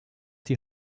die